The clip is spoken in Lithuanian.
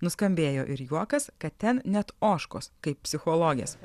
nuskambėjo ir juokas kad ten net ožkos kaip psichologės